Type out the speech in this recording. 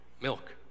milk